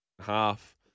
half